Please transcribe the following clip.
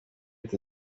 leta